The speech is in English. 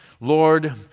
Lord